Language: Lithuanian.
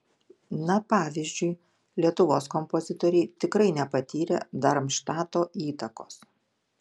na pavyzdžiui lietuvos kompozitoriai tikrai nepatyrė darmštato įtakos